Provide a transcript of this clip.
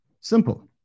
simple